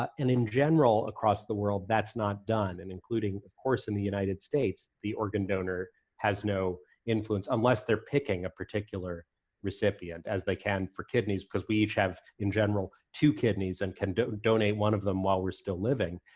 and in general, across the world, that's not done, and including, of course, in the united states the organ donor has no influence, unless they're picking a particular recipient, as they can for kidneys, because we each have, in general, two kidneys and can donate one of them while we're still living.